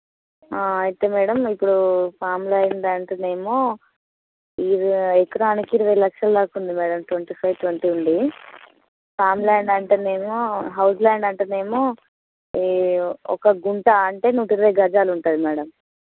అయితే మేడం ఇప్పుడు farm land అంటేనేమో ఇది ఎకరానికి ఇరవై లక్షల దాకుంది మేడం ట్వంటీ ఫైవ్ ట్వంటీ ఉంది ఫార్మ్ ల్యాండ్ అంటేనేమో హౌస్ ల్యాండ్ అంటేనేమో ఈ ఒక గుంట అంటే నూట ఇరవై గజాలు ఉంటుంది మేడం